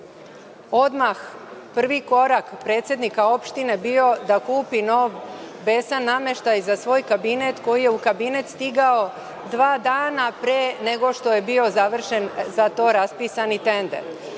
odmah prvi korak predsednika opštine bio da kupi nov besan nameštaj za svoj kabinet, koji je u kabinet stigao dva dana pre nego što je bio završen za to raspisani tender. Potom,